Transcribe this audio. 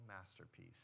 masterpiece